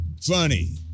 funny